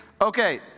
Okay